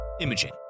imaging